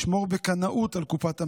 לשמור בקנאות על קופת המדינה.